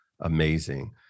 amazing